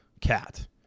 Cat